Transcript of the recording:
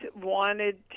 wanted